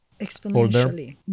exponentially